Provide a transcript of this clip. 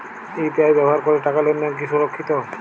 UPI ব্যবহার করে টাকা লেনদেন কি সুরক্ষিত?